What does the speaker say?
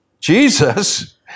Jesus